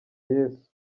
yesu